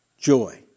joy